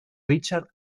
richard